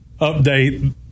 update